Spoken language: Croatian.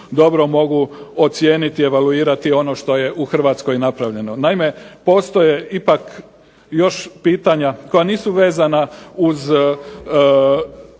dobro mogu ocijeniti, evaluirati ono što je u Hrvatskoj napravljeno. Naime, postoje ipak još pitanja koja nisu vezana uz